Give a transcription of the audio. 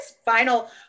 final